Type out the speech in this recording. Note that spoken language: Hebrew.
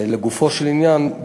לגופו של עניין,